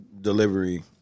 delivery